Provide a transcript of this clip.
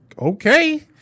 okay